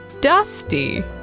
dusty